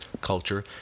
culture